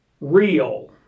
real